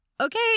Okay